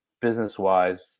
business-wise